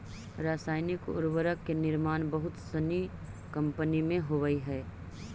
रसायनिक उर्वरक के निर्माण बहुत सनी कम्पनी में होवऽ हई